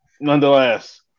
nonetheless